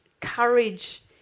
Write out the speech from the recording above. courage